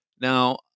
Now